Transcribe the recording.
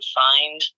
find